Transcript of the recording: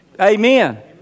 Amen